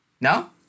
No